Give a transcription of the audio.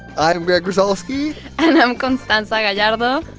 i'm greg rosalsky and i'm constanza gallardo. ah